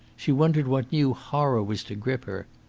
she wondered what new horror was to grip her.